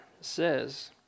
says